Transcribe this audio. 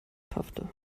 paffte